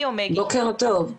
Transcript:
בוקר טוב.